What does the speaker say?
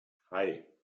hei